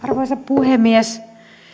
arvoisa puhemies